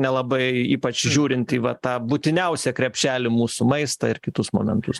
nelabai ypač žiūrint į va tą būtiniausią krepšelį mūsų maistą ir kitus momentus